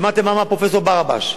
שמעתם מה אמר פרופסור ברבש,